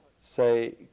say